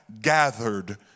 gathered